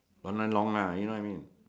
online long lah you know what I mean